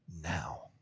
now